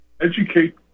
educate